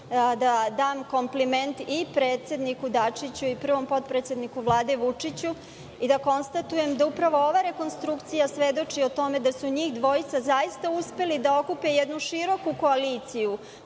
da dam kompliment i predsedniku Dačiću i prvom potpredsedniku Vlade Vučiću, i da konstatujem da upravo ova rekonstrukcija svedoči o tome da su njih dvojica zaista uspeli da okupe jednu široku koaliciju